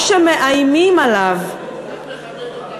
או שמאיימים עליהם.